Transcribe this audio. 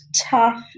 tough